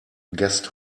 guest